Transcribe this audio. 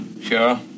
sure